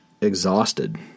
exhausted